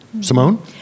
Simone